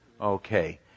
Okay